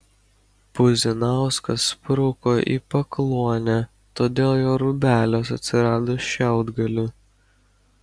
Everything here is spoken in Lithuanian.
puzinauskas spruko į pakluonę todėl jo rūbeliuos atsirado šiaudgalių